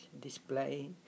display